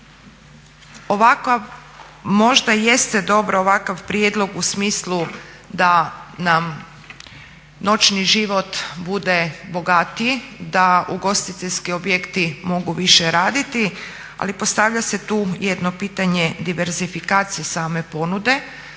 ovakav, možda jeste dobro ovakav prijedlog u smislu da nam noćni život bude bogatiji, da ugostiteljski objekti mogu više raditi, ali postavlja se tu jedno pitanje diversifikacije same ponude,